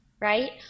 right